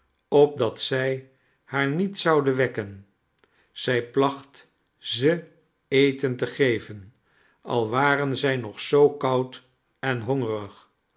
opdat zij haar niet zouden wekken zij placht ze eten te geven al waren zij nog zoo koud en hongerig